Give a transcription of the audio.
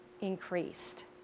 increased